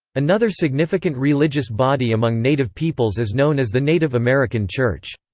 another significant religious body among native peoples is known as the native american church.